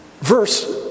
verse